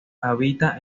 habita